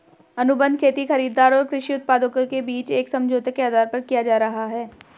अनुबंध खेती खरीदार और कृषि उत्पादकों के बीच एक समझौते के आधार पर किया जा रहा है